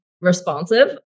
responsive